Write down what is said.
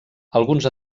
alguns